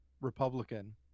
Republican